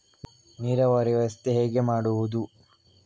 ನೀರಾವರಿ ವ್ಯವಸ್ಥೆ ಹೇಗೆ ಮಾಡುವುದು?